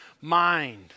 mind